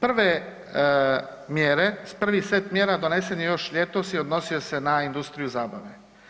Prve mjere, prvi set mjera donesen je još ljetos i odnosio se na industriju zabave.